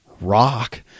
rock